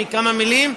כמה מילים.